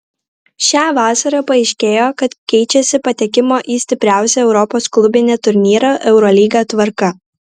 šią vasarą paaiškėjo kad keičiasi patekimo į stipriausią europos klubinį turnyrą eurolygą tvarka